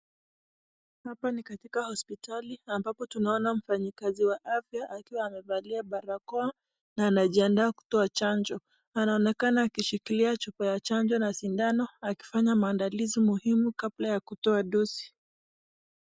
Hapa ni katika hospitali ambapo tunaona mfanyi kazi wa afya akiwa amevalia parakoa na anajiandaa kutoa janjo, anaonekana akishikilia chupa ya janjo na sindano akifanya maandalizi muhimu kabla ya kutoa dosi.